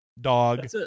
dog